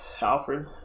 Alfred